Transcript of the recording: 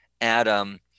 Adam